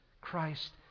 Christ